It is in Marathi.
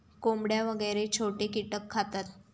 कोंबड्या वगैरे छोटे कीटक खातात